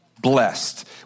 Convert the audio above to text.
blessed